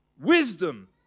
Wisdom